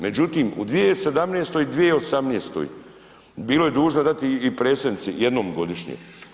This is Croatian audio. Međutim, u 2017. i 2018. bilo je dužno dati i predsjednici jednom godišnje.